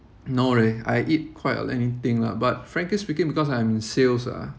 no leh I eat quite anything lah but frankly speaking because I'm in sales ah